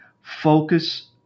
focus